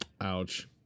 Ouch